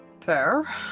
Fair